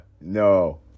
No